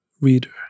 reader